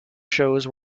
shows